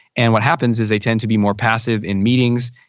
and what happens is they tend to be more passive in meetings.